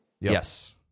Yes